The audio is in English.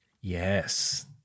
Yes